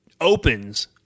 opens